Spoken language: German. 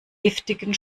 giftigen